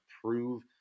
prove